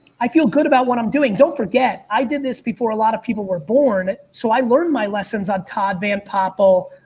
i feel good about what i'm doing. don't forget i did this before a lot of people were born. so i learned my lessons on todd van poppel,